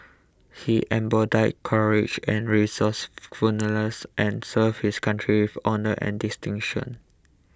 he embodied courage and resourcefulness and served his country with honour and distinction